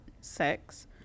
sex